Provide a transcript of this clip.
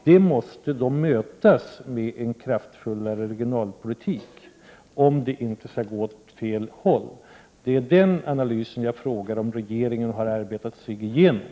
Det måste mötas med en kraftfullare regionalpolitik, om det inte skall gå åt fel håll. Den analysen undrade jag om regeringen hade arbetat sig igenom.